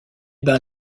bains